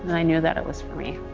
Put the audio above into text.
i knew that it was for me.